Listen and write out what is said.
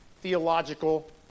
theological